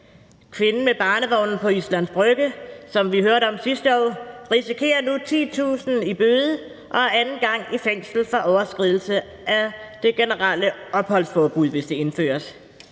Kvinden med barnevognen på Islands Brygge, som vi hørte om sidste år, risikerer nu 10.000 kr. i bøde, og anden gang ryger hun i fængsel for overskridelse af det generelle opholdsforbud, hvis det indføres.